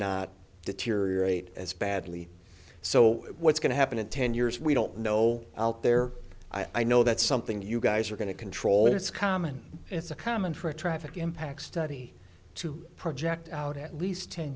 not deteriorate as badly so what's going to happen in ten years we don't know out there i know that's something you guys are going to control it's common it's a common for a traffic impact study to project out at least ten